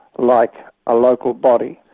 like a local body.